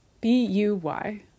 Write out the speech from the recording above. B-U-Y